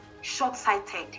short-sighted